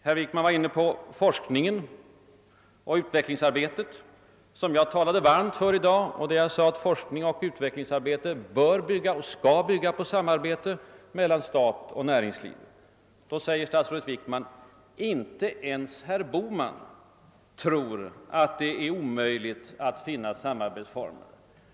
Herr Wickman berörde forskningen och utvecklingsarbetet, som jag talade varmt för i dag, då jag sade att forskning och utvecklingsarbete bör och skall bygga på samarbete mellan stat och näringsliv. Nu säger statsrådet Wickman: Inte ens herr Bohman tror att det är möjligt att finna samarbetsformer.